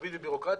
להכביד בבירוקרטיה.